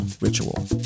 ritual